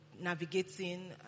navigating